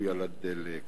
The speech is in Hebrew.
על הדלק,